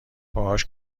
باهاش